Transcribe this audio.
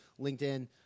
LinkedIn